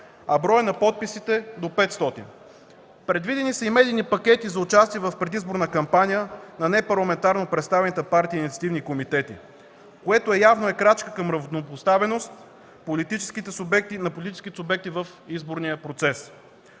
а броят на подписите – до 500. Предвидени са и медийни пакети за участие в предизборна кампания на непарламентарно представените партии и инициативни комитети, което явно е крачка към равнопоставеност на политическите субекти с политическите